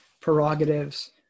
prerogatives